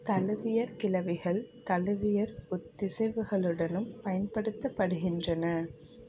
தழுவியற் கிளவிகள் தழுவியற் ஒத்திசைவுகளுடனும் பயன்படுத்தப்படுகின்றன